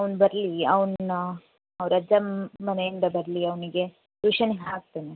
ಅವನು ಬರಲಿ ಅವನ ಅವರ ಅಜ್ಜನ ಮನೆಯಿಂದ ಬರಲಿ ಅವನಿಗೆ ಟ್ಯೂಷನಿಗೆ ಹಾಕ್ತೇನೆ